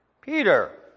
Peter